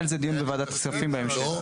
יהיה על זה דיון בוועדת כספים בהמשך.